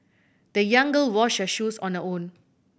the young girl washed her shoes on her own